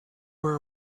were